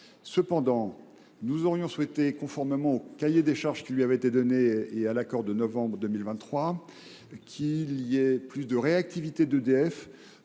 Cependant, nous aurions souhaité, conformément au cahier des charges qui lui avait été remis et à l’accord de novembre 2023, qu’EDF fasse montre de plus de réactivité dans